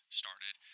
started